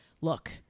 look